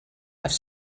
have